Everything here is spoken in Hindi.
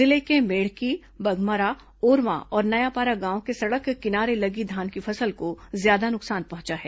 जिले के मेढ़की बधमरा ओरमा और नयापारा गांव के सड़क किनारे लगी धान की फसल को ज्यादा नुकसान पहुंचा है